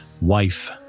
wife